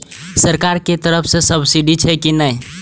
सरकार के तरफ से सब्सीडी छै कि नहिं?